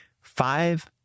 five